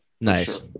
Nice